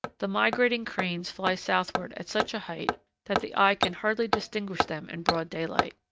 the migrating cranes fly southward at such a height that the eye can hardly distinguish them in broad daylight.